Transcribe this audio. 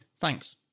Thanks